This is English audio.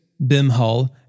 Bimhal